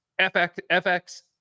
FX